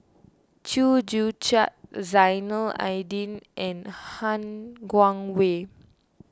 Chew Joo Chiat Zainal Abidin and Han Guangwei